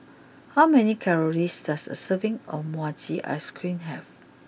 how many calories does a serving of Mochi Ice cream have